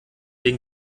den